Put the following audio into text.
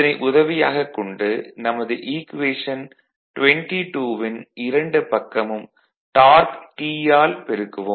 இதனை உதவியாகக் கொண்டு நமது ஈக்குவேஷன் 22 ன் இரண்டு பக்கமும் டார்க் T ஆல் பெருக்குவோம்